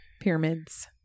pyramids